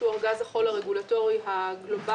שהוא ארגז החול הרגולטורי הגלובלי,